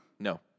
No